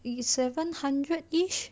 is seven hundred each